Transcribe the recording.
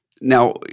Now